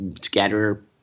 together